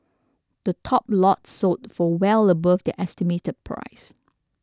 the top lots sold for well above their estimated price